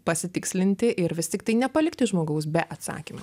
pasitikslinti ir vis tiktai nepalikti žmogaus be atsakymų